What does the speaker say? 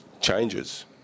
changes